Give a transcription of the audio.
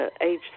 age